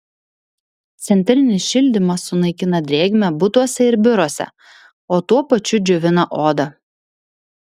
centrinis šildymas sunaikina drėgmę butuose ir biuruose o tuo pačiu džiovina odą